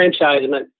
franchisement